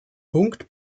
punkt